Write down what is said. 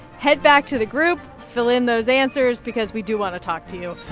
head back to the group. fill in those answers because we do want to talk to you.